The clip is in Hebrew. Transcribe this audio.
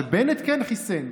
ובנט כן חיסן.